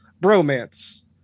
bromance